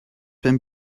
been